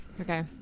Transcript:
Okay